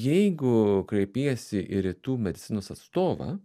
jeigu kreipiesi į rytų medicinos atstovą